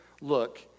look